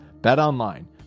BetOnline